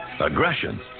Aggression